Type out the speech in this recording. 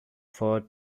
four